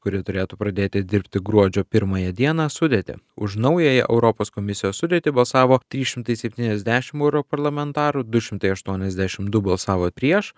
kuri turėtų pradėti dirbti gruodžio pirmąją dieną sudėtį už naująją europos komisijos sudėtį balsavo trys šimtai septyniasdešim europarlamentarų du šimtai aštuoniasdešim du balsavo prieš